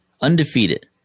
Undefeated